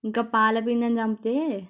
ఇంకా పాల బిందెని చంపితే